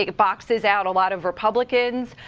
ah boxes out a lot of republicans.